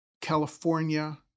California